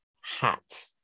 hat